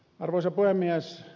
arvoisa puhemies